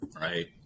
right